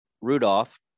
rudolph